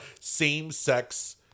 same-sex